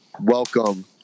welcome